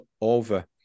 over